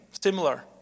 similar